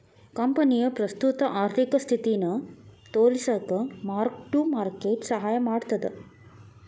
ಕಂಪನಿಯ ಪ್ರಸ್ತುತ ಆರ್ಥಿಕ ಸ್ಥಿತಿನ ತೋರಿಸಕ ಮಾರ್ಕ್ ಟು ಮಾರ್ಕೆಟ್ ಸಹಾಯ ಮಾಡ್ತದ